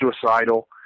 suicidal